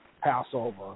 Passover